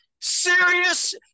serious